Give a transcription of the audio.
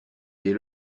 dès